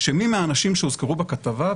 שמי מהאנשים שהוזכרו בכתבה,